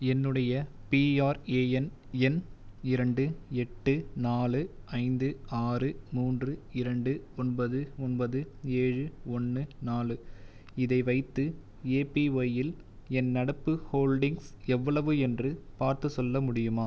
என்னுடைய பிஆர்ஏஎன் எண் இரண்டு எட்டு நாலு ஐந்து ஆறு மூன்று இரண்டு ஒன்பது ஒன்பது ஏழு ஒன்று நாலு இதை வைத்து ஏபிஒய் யில் என் நடப்பு ஹோல்டிங்ஸ் எவ்வளவு என்று பார்த்து சொல்ல முடியுமா